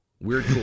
Weird